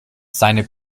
seine